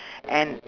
and